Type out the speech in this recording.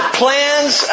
plans